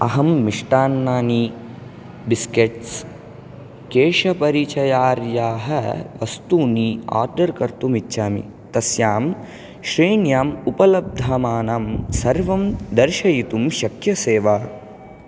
अहं मिष्टान्नानि बिस्केट्स् केशपरिचर्यायाः वस्तूनि आर्डर् कर्तुम् इच्छामि तस्यां श्रेण्याम् उपलभ्यमानं सर्वं दर्शयितुं शक्यसे वा